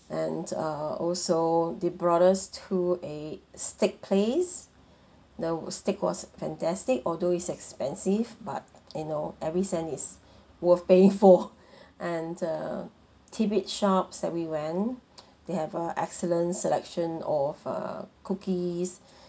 and uh also the broader to a steak place the steak was fantastic although is expensive but you know every cent is worth paying for and a tidbits shops that we went they have a excellent selection of uh cookies